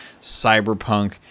cyberpunk